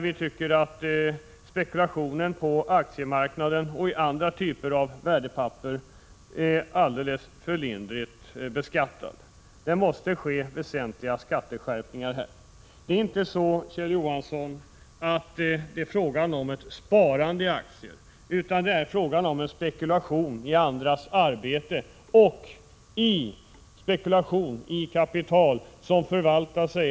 Vi anser att spekulationen i aktier och andra typer av värdepapper är alldeles för lindrigt beskattad. Här måste det ske väsentliga skatteskärpningar. Kjell Johansson, det är inte fråga om ett sparande i aktier. Det är fråga om en spekulation i andras arbete och en spekulation i kapital som förräntar sig.